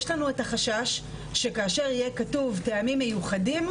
יש לנו את החשש שכאשר יהיה כתוב "טעמים מיוחדים",